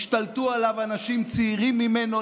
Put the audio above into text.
השתלטו עליו אנשים צעירים ממנו,